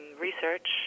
research